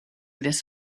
this